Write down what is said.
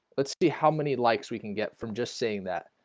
let's see how many likes we can get from just saying that